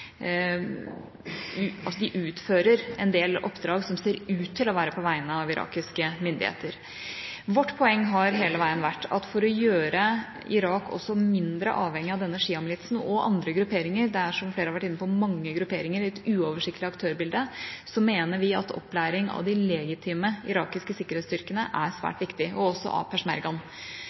de utfører en del oppdrag som ser ut til å være på vegne av irakiske myndigheter. Vårt poeng har hele veien vært at for å gjøre Irak mindre avhengig av denne sjiamilitsen og andre grupperinger – som flere har inne på, er det mange grupperinger, i et uoversiktlig aktørbilde – mener vi at opplæring av de legitime irakiske sikkerhetsstyrkene er